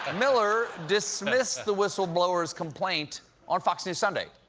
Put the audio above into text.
ah miller dismissed the whistleblower's complaint on fox news sunday.